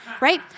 right